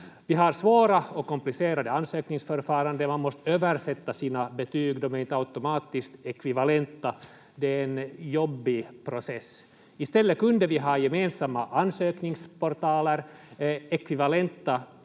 Vi har svåra och komplicerade ansökningsförfaranden. Man måste översätta sina betyg, de är inte automatiskt ekvivalenta — det är en jobbig process. I stället kunde vi ha gemensamma ansökningsportaler, ekvivalenta